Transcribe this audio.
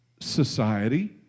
society